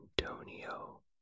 Antonio